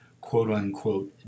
quote-unquote